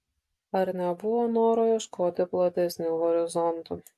ar nebuvo noro ieškoti platesnių horizontų